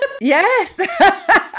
yes